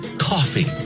Coffee